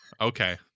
Okay